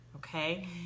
okay